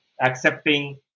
accepting